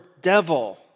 devil